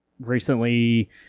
recently